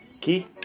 Key